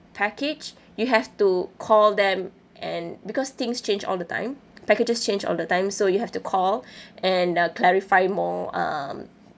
package you have to call them and because things change all the time packages change all the time so you have to call and uh clarify more um